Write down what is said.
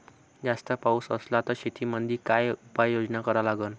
जास्त पाऊस असला त शेतीमंदी काय उपाययोजना करा लागन?